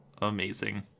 Amazing